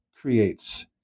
creates